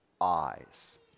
eyes